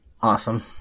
Awesome